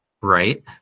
right